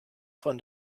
von